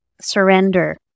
surrender